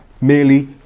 Merely